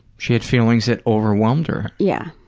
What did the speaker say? she had feelings that overwhelmed her. yeah